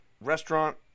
restaurant